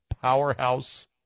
Powerhouse